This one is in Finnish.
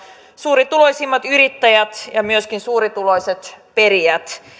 suurituloisimmat yrittäjät ja myöskin suurituloiset perijät